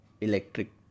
electric